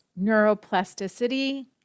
neuroplasticity